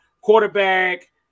quarterback